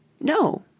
No